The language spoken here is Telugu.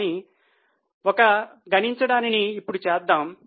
కానీ ఒక గణించడానిని ఇప్పుడు చేద్దాం